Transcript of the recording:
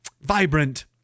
vibrant